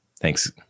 Thanks